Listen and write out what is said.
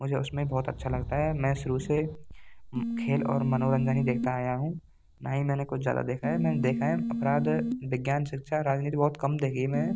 मुझे उसमें बहुत अच्छा लगता है मैं शुरू से खेल और मनोरंजन ही देखता आया हूँ न ही मैंने कुछ ज़्यादा देखा है मैंने देखा है अपराध विज्ञान शिक्षा राजनीति बहुत कम देखी है मैंने